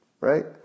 Right